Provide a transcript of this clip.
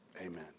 Amen